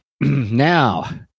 now